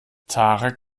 tarek